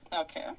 Okay